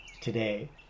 today